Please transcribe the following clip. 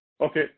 Okay